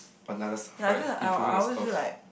another self right improving yourself